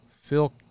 Phil